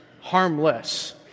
harmless